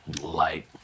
Light